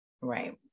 Right